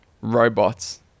robots